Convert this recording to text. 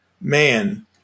man